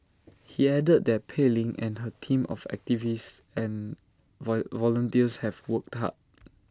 he added that Pei Ling and her team of activists and volunteers have worked hard